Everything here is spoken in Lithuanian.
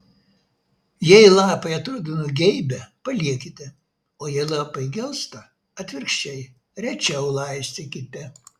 jei lapai atrodo nugeibę paliekite o jei lapai gelsta atvirkščiai rečiau laistykite